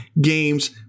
games